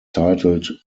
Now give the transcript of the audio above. titled